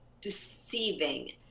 deceiving